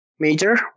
major